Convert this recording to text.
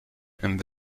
and